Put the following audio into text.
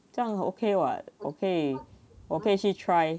这样 okay what okay 我可以去 try